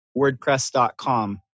WordPress.com